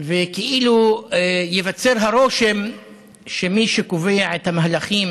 וכאילו ייווצר הרושם שמי שקובע את המהלכים